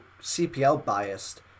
CPL-biased –